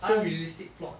unrealistic plot